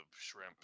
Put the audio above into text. shrimp